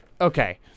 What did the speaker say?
okay